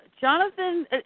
Jonathan